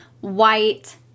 white